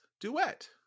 Duet